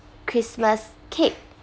christmas cake